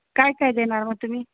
काय काय देणार मग तुम्ही